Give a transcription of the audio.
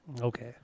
Okay